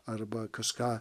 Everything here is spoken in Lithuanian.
arba kažką